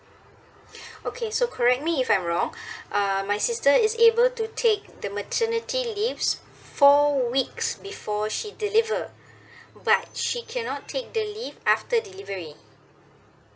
okay so correct me if I'm wrong uh my sister is able to take the maternity leave four weeks before she deliver but she cannot take the leave after delivery